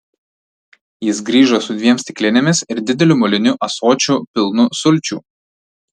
jis grįžo su dviem stiklinėmis ir dideliu moliniu ąsočiu pilnu sulčių